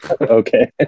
Okay